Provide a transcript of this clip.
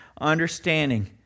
understanding